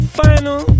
final